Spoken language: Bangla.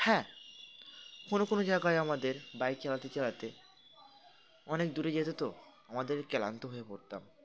হ্যাঁ কোনো কোনো জায়গায় আমাদের বাইক চালাতে চালাতে অনেক দূরে যেত তো আমাদের ক্লান্ত হয়ে পড়তাম